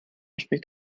spricht